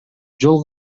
жол